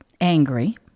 angry